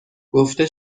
گفته